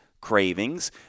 cravings